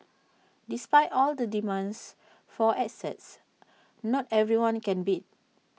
despite all the demands for assets not everyone can bid